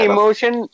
Emotion